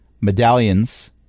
medallions